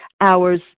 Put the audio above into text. hours